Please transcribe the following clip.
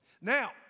Now